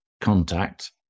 contact